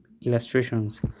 illustrations